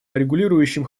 регулирующим